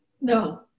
No